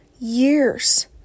years